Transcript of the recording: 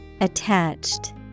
Attached